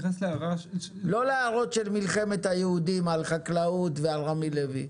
לא להערות של מלחמת היהודים על חקלאות ועל רמי לוי.